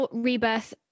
rebirth